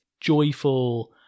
joyful